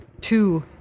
Two